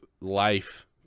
life